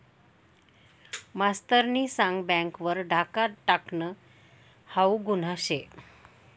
मास्तरनी सांग बँक वर डाखा टाकनं हाऊ गुन्हा शे